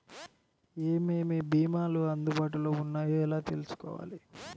ఏమేమి భీమాలు అందుబాటులో వున్నాయో ఎలా తెలుసుకోవాలి?